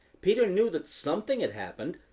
peter knew that something had happened,